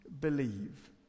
believe